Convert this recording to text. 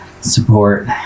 support